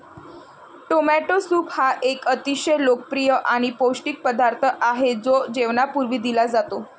tomato soup हा एक अतिशय लोकप्रिय आणि पौष्टिक पदार्थ आहे जो जेवणापूर्वी दिला जातो